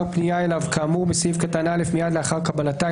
פנייה אליו כאמור בסעיף קטן (א) מיד לאחר קבלתה,